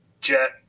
Jet